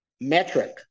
metric